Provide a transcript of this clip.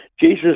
Jesus